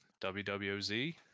wwz